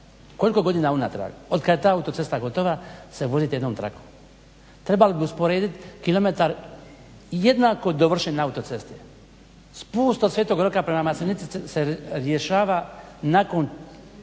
koliko godina unatrag, otkad je ta autocesta gotova se vozite jednom trakom. Trebalo bi usporediti kilometar jednako dovršene autoceste, spust od sv. Roka prema Maslenici se rješava nakon